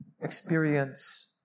experience